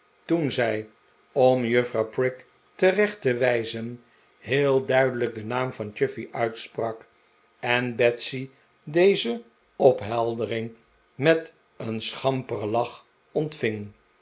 toen zij om juffrouw prig terecht te wijzen heel duidelijk den naam chuffey uitsprak en betsy deze opheldering met een schamperen lach ontving